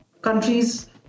countries